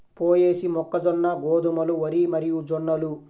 పొయేసీ, మొక్కజొన్న, గోధుమలు, వరి మరియుజొన్నలు